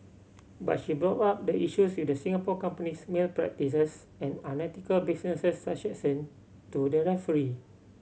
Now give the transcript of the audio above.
but she brought up the issues with the Singapore company's malpractices and unethical business transaction to the referee